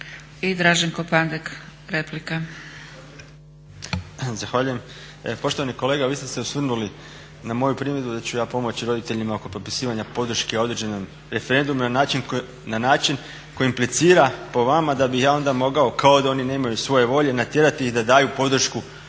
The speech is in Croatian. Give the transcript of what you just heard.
Draženko (SDP)** Zahvaljujem. Poštovani kolega, vi ste se osvrnuli na moju primjedbu da ću ja pomoći roditeljima oko potpisivanja podrške određenim referendumima na način koji implicira po vama da bi ja onda mogao, kao da oni nemaju svoje volje, natjerati ih da daju podršku